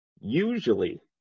usually